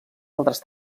altres